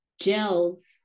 gels